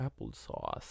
applesauce